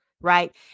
right